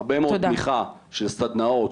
הרבה מאוד תמיכה של סדנאות,